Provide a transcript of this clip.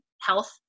health